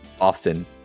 often